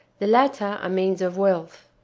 the latter a means of wealth.